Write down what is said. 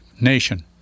nation